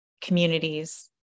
communities